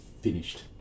finished